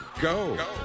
go